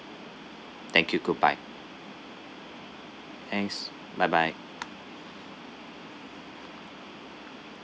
thank you goodbye thanks bye bye